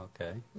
Okay